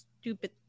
stupid